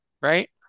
right